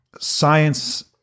science